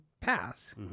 pass